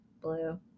Blue